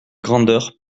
grandeur